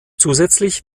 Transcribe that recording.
zusätzlich